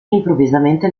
improvvisamente